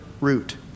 route